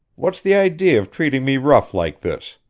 what's the idea of treating me rough like this?